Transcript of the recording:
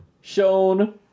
shown